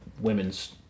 women's